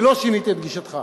ולא שינית את גישתך.